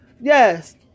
Yes